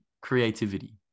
creativity